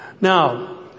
Now